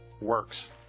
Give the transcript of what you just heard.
works